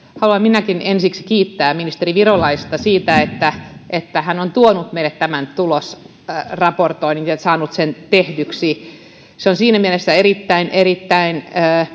haluan minäkin ensiksi kiittää ministeri virolaista siitä että että hän on tuonut meille tämän tulosraportoinnin ja saanut sen tehdyksi se on siinä mielessä erittäin erittäin